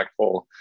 impactful